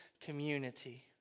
community